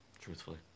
truthfully